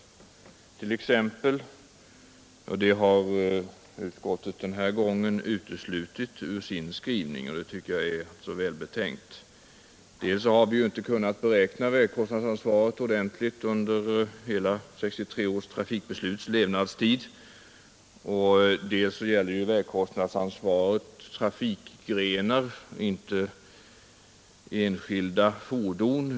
Det har utskottet denna gång uteslutit ur sin skrivning, och det tycker jag är välbetänkt. Dels har vi inte kunnat beräkna vägkostnadsansvaret ordentligt under hela 1963 års trafikbesluts levnadstid, dels gäller ju vägkostnadsansvaret trafikgrenar mer än enskilda fordon.